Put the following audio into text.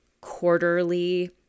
quarterly